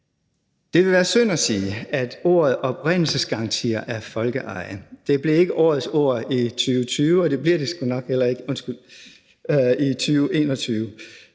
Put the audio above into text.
Det vil være synd at sige, at ordet oprindelsesgarantier er folkeeje. Det blev ikke årets ord i 2020, og det bliver det sgu nok heller ikke – undskyld – i 2021.